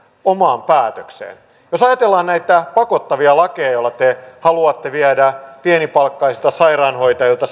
omaan päätökseenne jos ajatellaan näitä pakottavia lakeja joilla te haluatte viedä pienipalkkaisilta sairaanhoitajilta